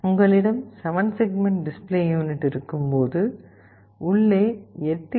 உங்களிடம் 7 segment display unit இருக்கும்போது உள்ளே 8 எல்